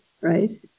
right